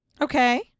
Okay